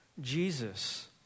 Jesus